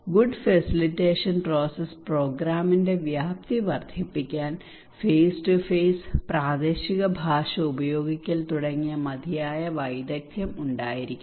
good facilitation process പ്രോഗ്രാമിന്റെ വ്യാപ്തി വർദ്ധിപ്പിക്കാതിരിക്കാൻ ഫേസ് ടു ഫേസ് പ്രാദേശിക ഭാഷ ഉപയോഗിക്കൽ തുടങ്ങിയ മതിയായ വൈദഗ്ധ്യം ഉണ്ടായിരിക്കണം